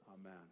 Amen